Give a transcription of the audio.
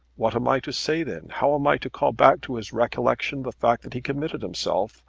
what am i to say then? how am i to call back to his recollection the fact that he committed himself,